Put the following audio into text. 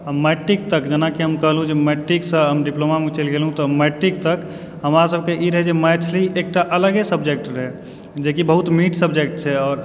matric तक जेनाकि हम कहलहुँ जे मैट्रिकसंँ हम डिप्लोमामे चलि गेलहुँ तऽ मैट्रिक तक हमरा सबकेँ ई रहए जे मैथिली एकटा अलगे सब्जेक्ट रहए जेकि बहुत मीठ सब्जेक्ट छै आओर